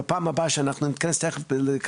בפעם הבאה שאנחנו נתכנס פה לדיון בוועדה,